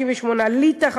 58%; ליטא,